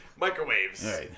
microwaves